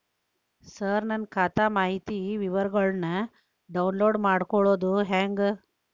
ಸರ ನನ್ನ ಖಾತಾ ಮಾಹಿತಿ ವಿವರಗೊಳ್ನ, ಡೌನ್ಲೋಡ್ ಮಾಡ್ಕೊಳೋದು ಹೆಂಗ?